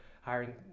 hiring